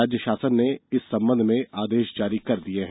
राज्य शासन ने इस संबंध में आदेश जारी कर दिए है